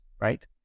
right